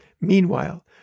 Meanwhile